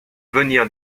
venir